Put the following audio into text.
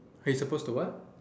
wait you're supposed to what